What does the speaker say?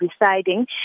residing